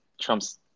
Trump's